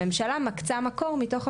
הממשלה מקצה מקור מתוך המקורות שלה.